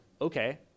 okay